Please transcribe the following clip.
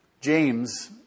James